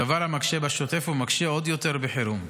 דבר המקשה בשוטף ומקשה עוד יותר בחירום.